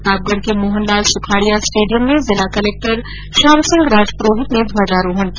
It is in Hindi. प्रतापगढ़ के मोहनलाल सुखाडिया स्टेडियम में जिला कलेक्टर श्याम सिंह राजपुरोहित ने ध्वजारोहण किया